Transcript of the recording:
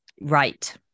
Right